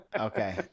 Okay